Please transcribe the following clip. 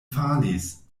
falis